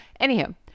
Anywho